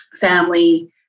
family